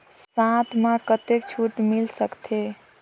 साथ म कतेक छूट मिल सकथे?